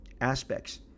aspects